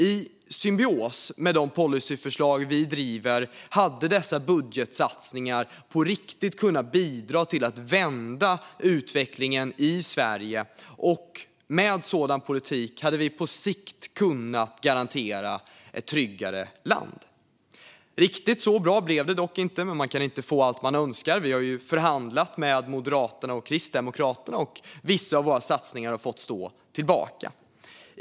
I symbios med de policyförslag som vi driver hade dessa budgetsatsningar på riktigt kunnat bidra till att vända utvecklingen i Sverige. Med en sådan politik hade vi på sikt kunnat garantera ett tryggare land. Riktigt så bra blev det dock inte. Man kan inte få allt man önskar. Vi har förhandlat med Moderaterna och Kristdemokraterna, och vissa av våra satsningar har fått stå tillbaka.